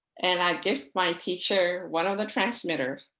and i give my teacher one of the transmitters.